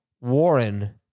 Warren